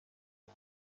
نوه